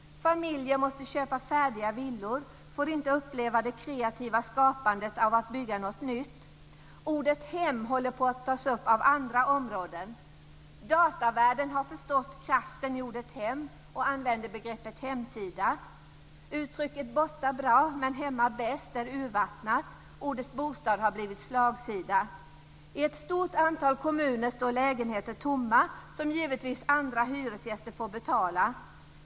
Familjer måste köpa färdiga villor och får inte uppleva det kreativa skapandet av att bygga något nytt. Ordet hem håller på att tas upp av andra områden. Datavärlden har förstått kraften i ordet hem och använder begreppet hemsida. Uttrycket borta bra men hemma bäst är urvattnat. Ordet bostad har fått slagsida. I ett stort antal kommuner står lägenheter tomma. Detta får givetvis andra hyresgäster betala.